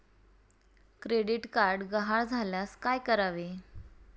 Credit card गहाळ झाल्यास काय करावे?